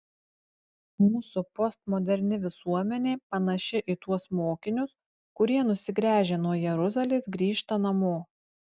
mūsų postmoderni visuomenė panaši į tuos mokinius kurie nusigręžę nuo jeruzalės grįžta namo